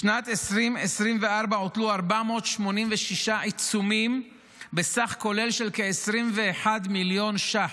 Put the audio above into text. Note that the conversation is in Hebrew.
בשנת 2024 הוטלו 486 עיצומים בסך כולל של כ-21 מיליון שקלים.